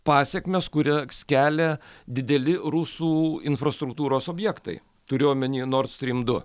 pasekmes kurias kelia dideli rusų infrastruktūros objektai turiu omeny nord strym du